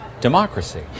democracy